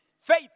faith